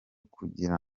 kugira